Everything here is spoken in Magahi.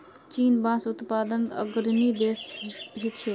चीन बांस उत्पादनत अग्रणी देश छिके